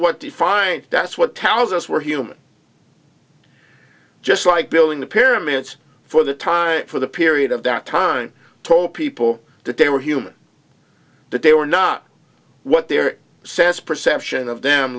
defiant that's what talents us where human just like building the pyramids for the time for the period of that time told people that they were human that they were not what their sense perception of them